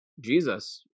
Jesus